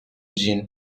jin